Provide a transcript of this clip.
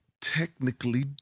technically